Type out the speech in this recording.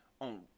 on